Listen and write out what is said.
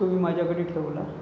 तो मी माझ्याकडे ठेवला